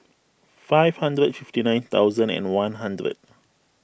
five hundred fifty nine thousand and one hundred